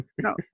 no